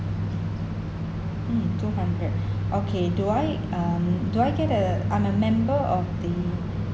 hmm two hundred okay do I um do I get a I'm a member of the